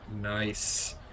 Nice